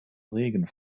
regen